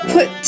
put